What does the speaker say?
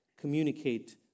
communicate